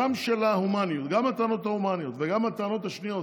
גם הטענות ההומניות וגם הטענות השניות